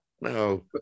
No